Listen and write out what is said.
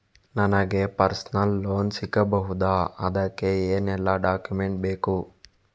ನನಗೆ personal loan ಸಿಗಬಹುದ ಅದಕ್ಕೆ ಏನೆಲ್ಲ ಡಾಕ್ಯುಮೆಂಟ್ ಬೇಕು?